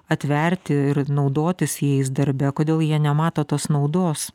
atverti ir naudotis jais darbe kodėl jie nemato tos naudos